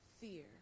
fear